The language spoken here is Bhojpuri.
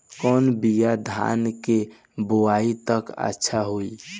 कौन बिया धान के बोआई त अच्छा होई?